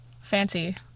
fancy